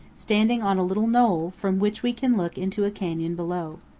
standing on a little knoll, from which we can look into a canyon below.